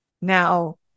Now